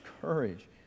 courage